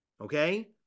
Okay